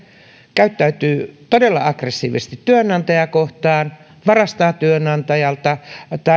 käyttäytyy todella aggressiivisesti työnantajaa kohtaan varastaa työnantajalta